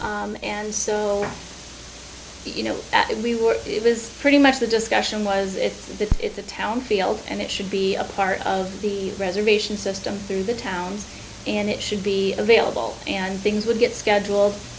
and so you know we were it was pretty much the discussion was that it's a town field and it should be a part of the reservation system through the town and it should be available and things would get schedule